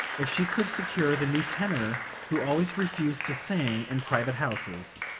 if she could secure the new tenor who always refused to sing in private houses.